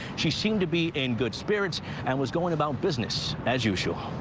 she seemed to be in good spirits and was going about business as usual.